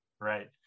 Right